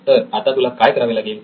तर आता तुला काय करावे लागेल